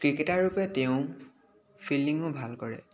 cricketer ৰূপে তেওঁ ফিল্ডিঙো ভাল কৰে